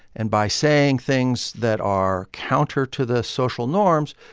and by saying things that are counter to the social norms,